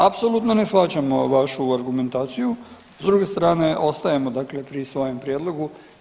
Apsolutno ne shvaćamo vašu argumentaciju, s druge strane ostajemo dakle pri svojem prijedlogu.